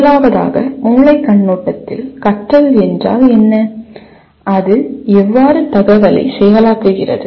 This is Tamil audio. முதலாவதாக மூளை கண்ணோட்டத்தில் கற்றல் என்றால் என்ன அது எவ்வாறு தகவலை செயலாக்குகிறது